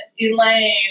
Elaine